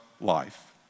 life